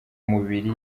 mibiri